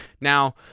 Now